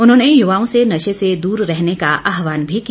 उन्होंने युवाओं से नशे से दूर रहने का आहवान भी किया